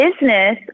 business